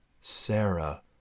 Sarah